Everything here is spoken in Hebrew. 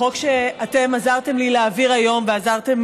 החוק שאתם עזרתם לי להעביר היום, ועזרתם